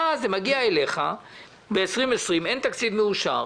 ואז זה מגיע אליך ב-2020, אין תקציב מאושר